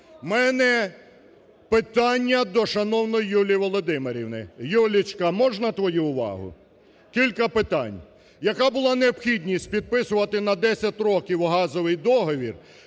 В мене питання до шановної Юлії Володимирівни. Юлечка, можна твою увагу? Кілька питань. Яка була необхідність підписувати на 10 років газовий договір,